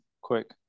quick